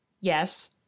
Yes